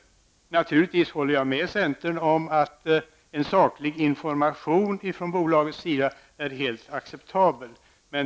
Naturligtvis håller jag med centern om att en saklig information från bolaget är helt acceptabel.